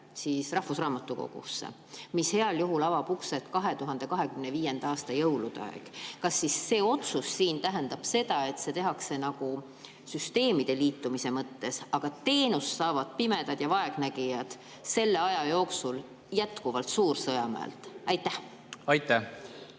üle rahvusraamatukogusse, mis heal juhul avab uksed 2025. aasta jõulude ajal. Kas see otsus tähendab, et seda tehakse nagu süsteemide liitmise mõttes, aga teenust saavad pimedad ja vaegnägijad selle aja jooksul jätkuvalt Suur-Sõjamäelt? Aitäh!